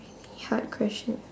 hard question